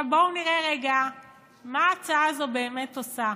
בואו נראה רגע מה ההצעה הזאת באמת עושה.